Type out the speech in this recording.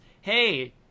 Hey